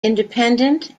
independent